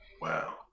Wow